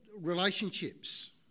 relationships